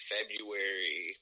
February